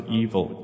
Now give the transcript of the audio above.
evil